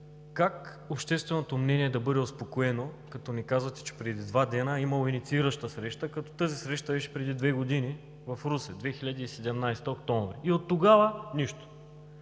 Как общественото мнение да бъде успокоено, като ни казвате, че преди два дни е имало инициираща среща, след като тази среща беше преди две години в Русе – октомври 2017 г.? И оттогава – нищо.